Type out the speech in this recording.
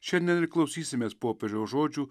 šiandien ir klausysimės popiežiaus žodžių